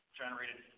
generated